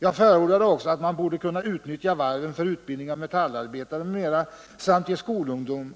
Jag förordade också att man skulle utnyttja varven för utbildning av metallarbetare m.m. samt ge skolungdom